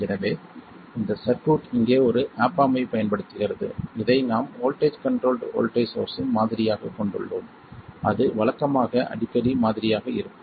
எனவே இந்த சர்க்யூட் இங்கே ஒரு ஆப் ஆம்ப் ஐப் பயன்படுத்துகிறது இதை நாம் வோல்ட்டேஜ் கண்ட்ரோல்ட் வோல்ட்டேஜ் சோர்ஸ் இன் மாதிரியாகக் கொண்டுள்ளோம் அது வழக்கமாக அடிக்கடி மாதிரியாக இருக்கும்